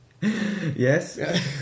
Yes